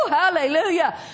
Hallelujah